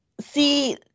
See